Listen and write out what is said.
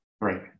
Right